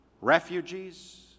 Refugees